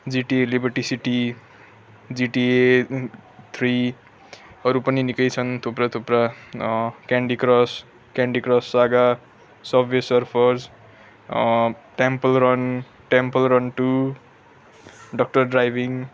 जिटिए Liberty City GTA three अरू पनि निकै छन् थुप्रा थुप्रा Candy Crush Candy Crush Saga Subway Surfers Temple Run Temple Run two Doctor driving